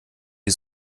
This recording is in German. die